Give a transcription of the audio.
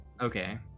Okay